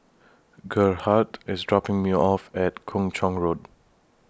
Gerhardt IS dropping Me off At Kung Chong Road